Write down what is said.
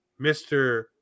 Mr